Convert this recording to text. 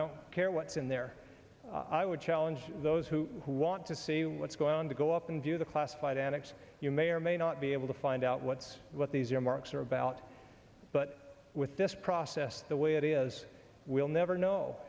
don't care what's in there i would challenge those who want to see what's going on to go up and do the classified annex you may or may not be able to find out what's what these earmarks are about but with this process the way it is we'll never know